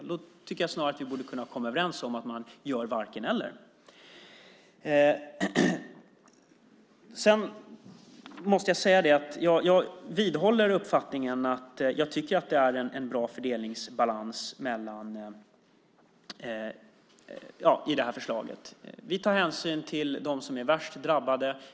Jag tycker snarare att vi borde kunna komma överens om att man gör varken-eller. Jag vidhåller uppfattningen att det är en bra fördelningsbalans i det här förslaget. Vi tar hänsyn till dem som är värst drabbade.